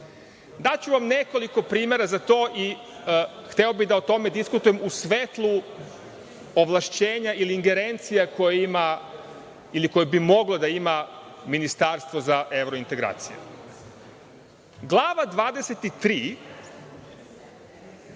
Daću vam nekoliko primera za to. Hteo bih da o tome diskutujem u svetlu ovlašćenja ili ingerencija koje ima ili koje bi moglo da ima ministarstvo za evrointegracije. Glava 23.